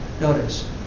Notice